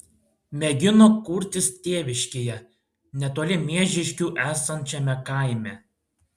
mėgino kurtis tėviškėje netoli miežiškių esančiame kaime